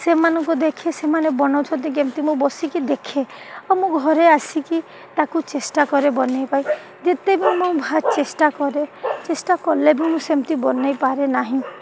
ସେମାନଙ୍କୁ ଦେଖେ ସେମାନେ ବନାଉଛନ୍ତି କେମିତି ମୁଁ ବସିକି ଦେଖେ ଆଉ ମୁଁ ଘରେ ଆସିକି ତାକୁ ଚେଷ୍ଟା କରେ ବନାଇବାକୁ ଯେତେ ବି ମୁଁ ଭଲସେ ଚେଷ୍ଟା କରେ ଚେଷ୍ଟା କଲେ ବି ମୁଁ ସେମିତି ବନାଇପାରେ ନାହିଁ